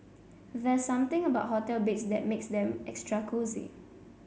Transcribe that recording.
there's something about hotel beds that makes them extra cosy